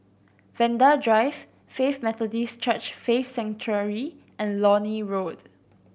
Vanda Drive Faith Methodist Church Faith Sanctuary and Lornie Road